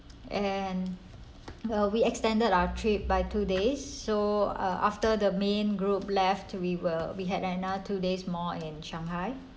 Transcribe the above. and uh we extended our trip by two days so uh after the main group left to we were we had another two days more in shanghai